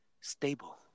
stable